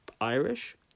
Irish